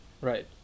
Right